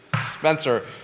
Spencer